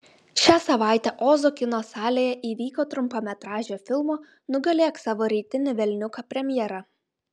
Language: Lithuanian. šią savaitę ozo kino salėje įvyko trumpametražio filmo nugalėk savo rytinį velniuką premjera